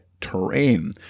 terrain